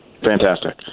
Fantastic